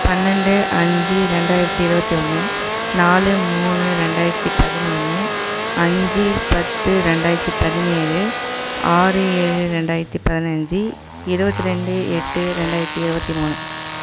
பன்னெண்டு அஞ்சு ரெண்டாயிரத்து இருபத்தி ஒன்று நாலு மூணு ரெண்டாயிரத்து பதினொன்று அஞ்சு பத்து ரெண்டாயிரத்து பதினேழு ஆறு ஏழு ரெண்டாயிரத்து பதினஞ்சு இருபத்தி ரெண்டு எட்டு ரெண்டாயிரத்து இருபத்தி மூணு